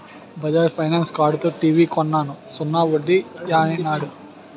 Bajaj finance కార్డుతో TV కొన్నాను సున్నా వడ్డీ యన్నాడు